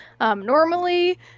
Normally